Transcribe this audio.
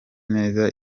neza